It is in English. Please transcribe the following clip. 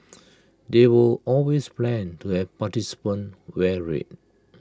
there were always plans to have participants wear red